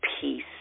peace